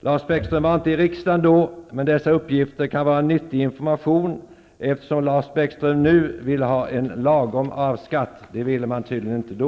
Lars Bäckström var inte i riksdagen då, men dessa uppgifter kan vara nyttig information, eftersom Lars Bäckström nu vill ha en lagom arvsskatt. Det ville Vänsterpartiet tydligen inte då.